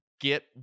get